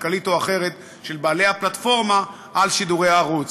כלכלית או אחרת של בעלי הפלטפורמה על שידורי הערוץ.